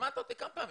הזמנת אותי כמה פעמים.